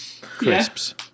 crisps